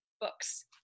books